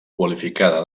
qualificada